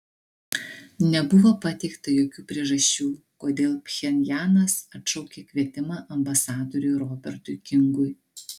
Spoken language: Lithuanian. nebuvo pateikta jokių priežasčių kodėl pchenjanas atšaukė kvietimą ambasadoriui robertui kingui